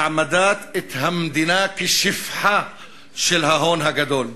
והעמדת המדינה כשפחה של ההון הגדול.